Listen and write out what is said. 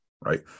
right